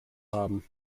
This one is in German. haben